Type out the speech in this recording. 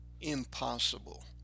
impossible